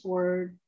Word